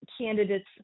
candidates